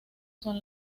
son